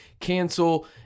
cancel